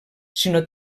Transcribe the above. sinó